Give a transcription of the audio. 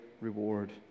reward